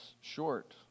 short